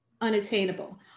unattainable